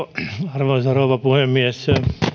arvoisa rouva puhemies